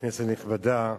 כנסת נכבדה,